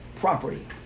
property